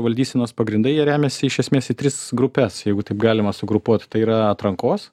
valdysenos pagrindai jie remiasi iš esmės į tris grupes jeigu taip galima sugrupuot tai yra atrankos